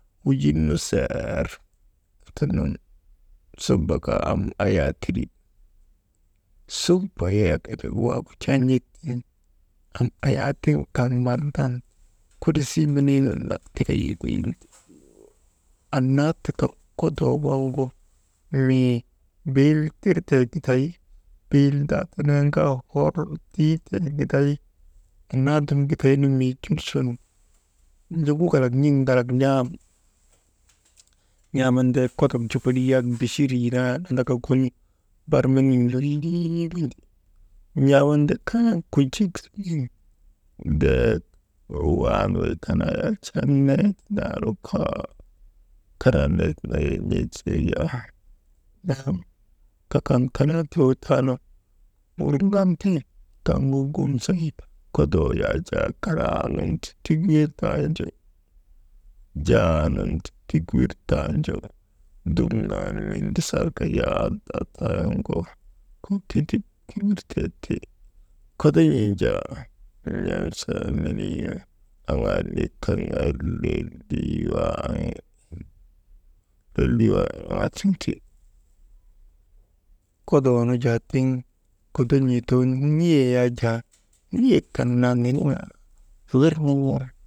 Wujin nu serr tenen subu kaa am ayaateri, subu yayak embek waagu jaa n̰ek tiŋ am ayaa tiŋ kaŋ mardan kolisii menii nun naktika yoko yin, annaa tika kodoo waŋgu mii biil tirtee giday biildaa tenen kaa hor tii tee giday, annaa dum giday nu mii jul sun n̰oguk kalak n̰iliŋalak n̰am n̰aaman deek kodok jokolii yak bichirii naa andaka gun bar menii nun lolii windi, n̰aman kanan kujik siŋin ndek wan wey kanaa yak sak nenen sanu kaa kokon karaa tiyoo taanu, wirŋan ndek kaŋu gumsay lutoo yak jaa karaa nun ti tik wir tanju, jaa nun ti tik wir tanju, dumnaanuŋu ndisarka jaa hadaa taanuŋgu, kok ketip kimbirtee ti, kodon̰in jaa n̰amsaa meniinu, wagin kaŋ yak lel ti wani kodoonu tiŋ kodon̰ii too n̰iyee yak jaa nikan naa niniŋaa hirnin̰a.